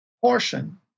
portion